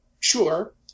sure